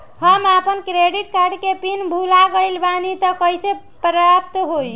हम आपन credit card के पिन भुला गइल बानी त कइसे प्राप्त होई?